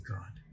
God